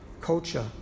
culture